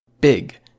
big